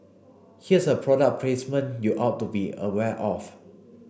here's a product placement you ought to be aware of